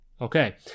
Okay